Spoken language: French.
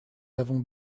avons